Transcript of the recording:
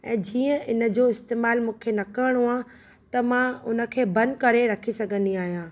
ऐं जीअं इन जो इस्तेमाल मूंखे न करणो आहे त मां उन खे बंद करे रखी सघंदी आहियां